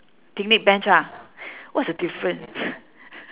picnic bench ah what's the difference